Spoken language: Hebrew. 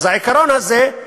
אז העיקרון הזה,